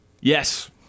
Yes